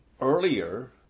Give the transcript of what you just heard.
Earlier